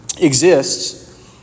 exists